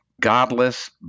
godless